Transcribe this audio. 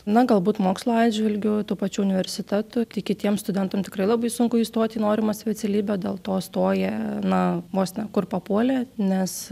na galbūt mokslo atžvilgiu tų pačių universitetų tai kitiem studentam tikrai labai sunku įstot į norimą specialybę dėl to stoja na vos ne kur papuolė nes